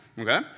okay